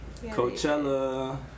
Coachella